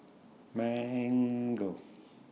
Mango